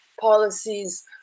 policies